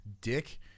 dick